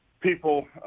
people